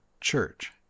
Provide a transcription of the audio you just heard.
church